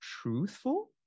truthful